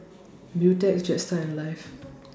Beautex Jetstar and Alive